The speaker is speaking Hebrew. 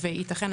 ויתכן,